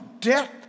death